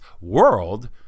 world